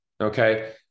Okay